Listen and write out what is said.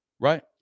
Right